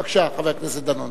בבקשה, חבר הכנסת דנון.